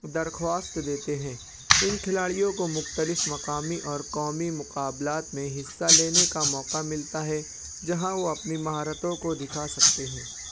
درخواست دیتے ہیں اِن کھلاڑیوں کو مختلف مقامی اور قومی مقابلات میں حصّہ لینے کا موقع ملتا ہے جہاں وہ اپنی مہارتوں کو دِکھا سکتے ہیں